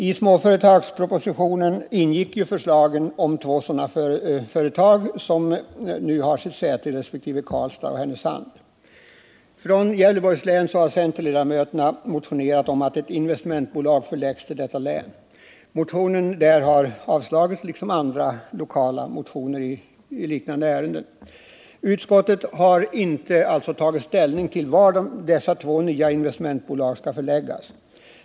I småföretagspropositionen ingick ju förslag om startande av två sådana företag, som har sina säten i Karlstad resp. Härnösand. Centerledamöterna från Gävleborgs län har motionerat om att ett investmentbolag måtte förläggas till detta län. Den motionen har avstyrkts liksom andra motioner i lokaliseringsfrågan i liknande ärenden. Utskottet har alltså inte tagit ställning till frågan var dessa två nya investmentbolag skall förläggas.